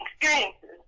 experiences